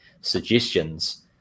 suggestions